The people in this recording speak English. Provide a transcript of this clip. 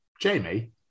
Jamie